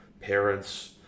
parents